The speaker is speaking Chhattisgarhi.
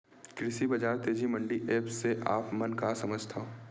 कृषि बजार तेजी मंडी एप्प से आप मन का समझथव?